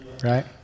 Right